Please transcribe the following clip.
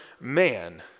man